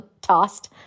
tossed